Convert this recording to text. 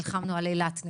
נלחמנו על אילת,